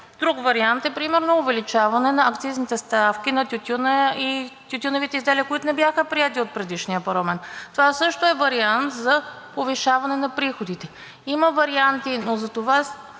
Друг вариант е например увеличаване на акцизните ставки на тютюна и тютюневите изделия, които не бяха приети от предишния парламент. Това също е вариант за повишаване на приходите. Има варианти, но затова